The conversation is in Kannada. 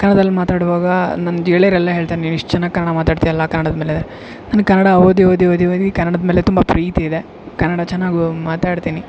ಕನ್ನಡದಲ್ಲಿ ಮಾತಾಡ್ವಾಗ ನನ್ನ ಗೆಳೆಯರೆಲ್ಲ ಹೇಳ್ತಾರೆ ನೀನು ಇಷ್ಟು ಚೆನ್ನಾಗಿ ಕನ್ನಡ ಮಾತಾಡ್ತ್ಯಾಲ ಕನ್ನಡದ ಮೇಲೆ ನನಗೆ ಕನ್ನಡ ಓದಿ ಓದಿ ಓದಿ ಓದಿ ಕನ್ನಡದ ಮೇಲೆ ತುಂಬ ಪ್ರೀತಿ ಇದೆ ಕನ್ನಡ ಚೆನ್ನಾಗಿ ಮಾತಾಡ್ತೀನಿ